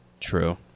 True